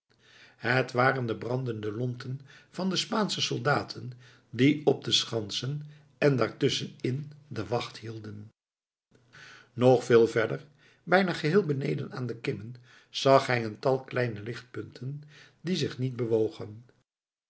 het waren de brandende lonten van de spaansche soldaten die op de schansen en daar tusschen in de wacht hielden nog veel verder bijna geheel beneden aan de kimmen zag hij een tal kleine lichtpunten die zich niet bewogen